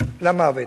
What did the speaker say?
למוות.